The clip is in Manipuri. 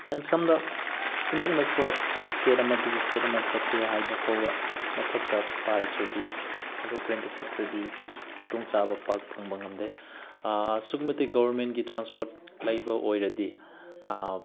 ꯑꯦꯟ ꯁꯝꯅ ꯏꯅꯛ ꯅꯛꯄ ꯏꯁꯇꯦꯠ ꯑꯃꯗꯒꯤ ꯏꯁꯇꯦꯠ ꯑꯃ ꯆꯠꯀꯦ ꯍꯥꯏꯕ ꯐꯥꯎꯕ ꯃꯊꯛꯇ ꯄꯥꯏꯗ꯭ꯔꯗꯤ ꯑꯦꯔꯣꯄ꯭ꯂꯦꯟꯗ ꯆꯠꯇ꯭ꯔꯗꯤ ꯈꯨꯗꯣꯡꯆꯥꯕ ꯄꯥꯛ ꯐꯪꯕ ꯉꯝꯗꯦ ꯑꯁꯨꯛꯀꯤ ꯃꯇꯤꯛ ꯒꯣꯕꯔꯃꯦꯟꯒꯤ ꯇ꯭ꯔꯥꯟꯁꯄ꯭ꯣꯔꯠ ꯂꯩꯕ ꯑꯣꯏꯔꯗꯤ